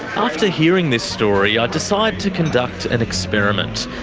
after hearing this story, i decide to conduct an experiment,